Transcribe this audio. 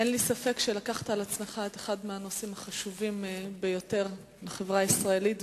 אין לי ספק שלקחת על עצמך אחד מהנושאים החשובים ביותר בחברה הישראלית.